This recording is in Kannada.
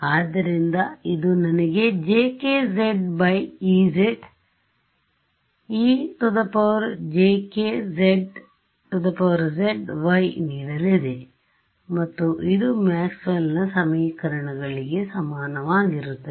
ಆದ್ದರಿಂದ ಇದು ನನಗೆ jkz ez ejkz z yˆ ನೀಡಲಿದೆ ಮತ್ತು ಇದು ಮ್ಯಾಕ್ಸ್ವೆಲ್ನ ಸಮೀಕರಣಗಳಿಗೆMaxwell's equations ಸಮನಾಗಿರುತ್ತದೆ